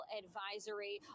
advisory